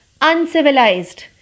uncivilized